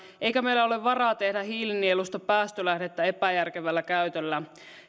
eikä meillä ole varaa tehdä hiilinielusta päästölähdettä epäjärkevällä käytöllä